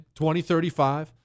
2035